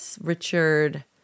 Richard